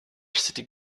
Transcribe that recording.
city